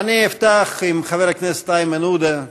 אני אפתח עם חבר הכנסת איימן עודה,